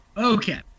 Okay